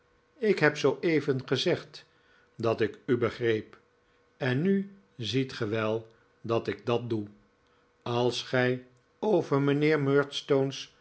ik heb zooeven gezegd dat ik u begreep en nu ziet ge wel dat ik dat doe als gij over mijnheer